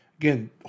Again